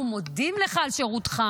אנחנו מודים לך על שירותך.